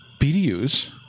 BDUs